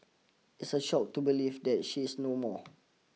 it's a shock to believe that she is no more